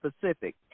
Pacific